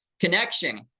connection